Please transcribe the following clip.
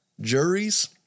juries